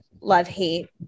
love-hate